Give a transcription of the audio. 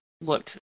looked